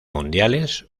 mundiales